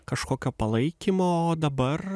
kažkokio palaikymo o dabar